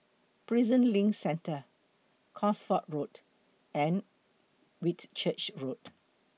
Prison LINK Centre Cosford Road and Whitchurch Road